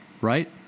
right